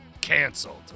canceled